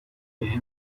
دوای